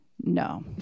no